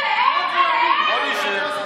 מה זה קשור, בכל מקרה,